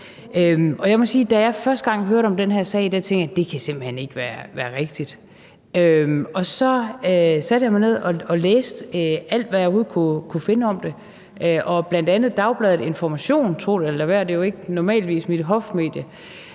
da jeg første gang hørte om den her sag, tænkte jeg, at det simpelt hen ikke kan være rigtigt. Og så satte jeg mig ned og læste alt, hvad jeg overhovedet kunne finde om det, og bl.a. Dagbladet Information – tro det, eller lad være, for det er jo ikke normalt mit hofmedie